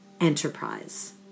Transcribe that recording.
enterprise